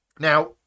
Now